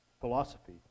philosophy